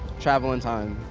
travel in time.